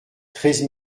treize